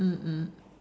mm mm